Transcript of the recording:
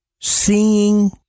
seeing